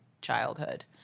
childhood